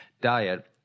diet